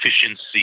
efficiency